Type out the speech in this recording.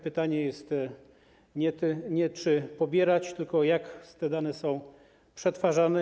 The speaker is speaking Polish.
Pytanie jest nie, czy pobierać, tylko jak te dane są przetwarzane.